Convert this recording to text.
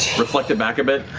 reflect it back a bit.